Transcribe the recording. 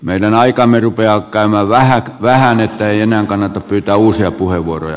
meidän aikamme rupeaa käymään vähään että ei enää kannata pyytää uusia puheenvuoroja